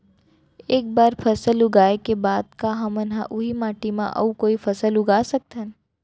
एक बार फसल उगाए के बाद का हमन ह, उही माटी मा कोई अऊ फसल उगा सकथन?